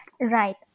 Right